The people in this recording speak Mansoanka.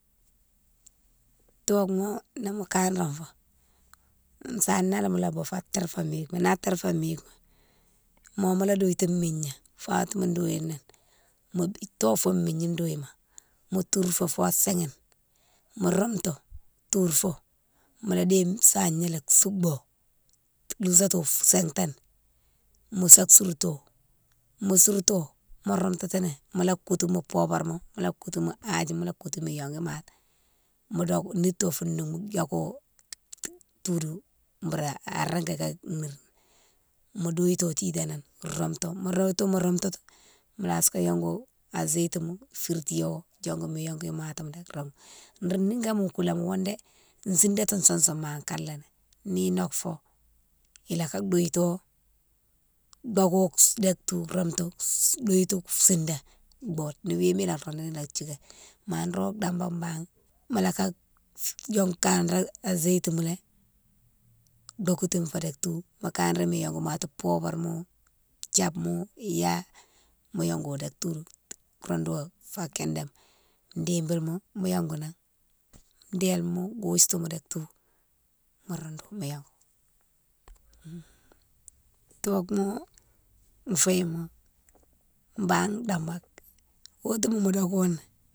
Tocouma ni mo kanré fo, sana mola boufo a tirfo mike ma, na tirfo mike ma, mo mola douitine migna fa witiminan douyine ni, mo nito an migni douilma, mo tourfo fa sihine, mo roumtou tourfo, mola déye sahigna lé soubou, mo lousato sintane, mosa sourto, mo sourto mo roudoutitini, mola koutou mo bobarma, mola koutou mo adjima, mola koutou mo yongou mati, mo dongou nito fou noung yongou toudou boura a régui ka nérine, mo douilto titanan roumtou, mo douito mo roumtoutini mola sa yongou a gétima firti yo, diongou mo yongou matima roumou. Nro nigoma kouléma, ghounne dé sidatine sousou malé ikané, ni nocfo, ila ka douilto, doko dek tou roumtou, douiltou sidé bode, ni wima ila roudouni ila thigué ma nro dambake banne, mola ka, dongou kanré a gétima dokotine fo dek tou mo kanré mo yongou matima, pobarma. thiabma iya, mo yongou dek tou, roudo fa kindéma, dibilma, mo yongou nan, déle ma, goustima dek tou mo roudou mo yongou. Tocouma fouye ma bane dambake watima mo doko ni.